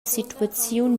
situaziun